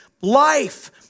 Life